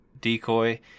Decoy